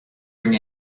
bring